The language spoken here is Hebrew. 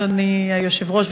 אדוני היושב-ראש,